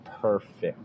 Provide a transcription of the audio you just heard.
perfect